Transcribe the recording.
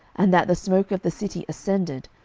and that the smoke of the city ascended,